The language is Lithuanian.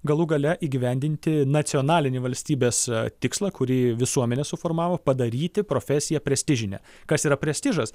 galų gale įgyvendinti nacionalinį valstybės tikslą kurį visuomenė suformavo padaryti profesiją prestižine kas yra prestižas